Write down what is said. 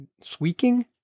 squeaking